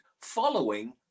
following